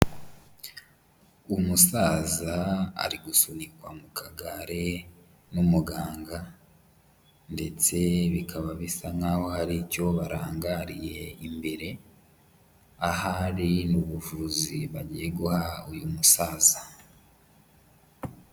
Umusaza ari gusunikwa mu kagare n'umuganga ndetse bikaba bisa nkaho hari icyo barangariye imbere, ahari ni ubuvuzi bagiye guha uyu musaza.